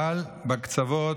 אבל בקצוות,